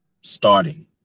starting